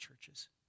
churches